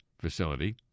facility